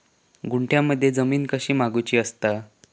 गुंठयामध्ये जमीन कशी मोजूची असता?